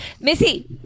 Missy